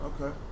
Okay